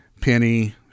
Penny